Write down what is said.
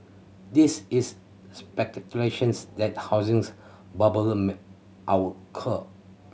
this is speculations that housings bubble may our occur